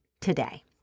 today